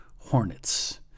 Hornets